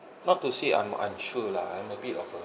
not to say I'm unsure lah I'm a bit of a